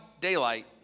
daylight